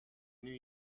new